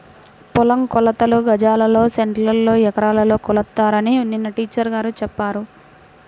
పొలం కొలతలు గజాల్లో, సెంటుల్లో, ఎకరాల్లో కొలుస్తారని నిన్న టీచర్ గారు చెప్పారు